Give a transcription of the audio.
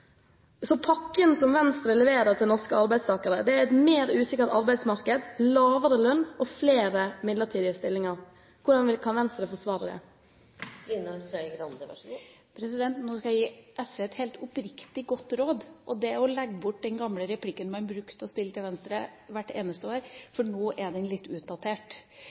Så pakken Venstre leverer til norske arbeidstakere, er et mer usikkert arbeidsmarked, lavere lønn og flere midlertidige stillinger. Hvordan kan Venstre forsvare det? Nå skal jeg gi SV et helt oppriktig, godt råd, og det er å legge bort det gamle spørsmålet man bruker å stille til Venstre hvert eneste år, for nå er det litt utdatert.